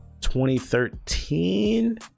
2013